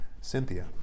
Cynthia